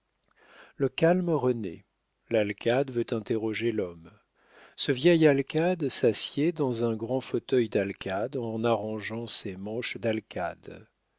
le calme renaît l'alcade veut interroger l'homme ce vieil alcade s'assied dans un grand fauteuil d'alcade en arrangeant ses manches d'alcade